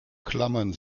klammern